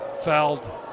fouled